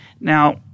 Now